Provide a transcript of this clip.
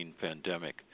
pandemic